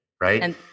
right